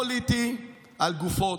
הון פוליטי על גופות,